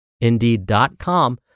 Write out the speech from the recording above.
Indeed.com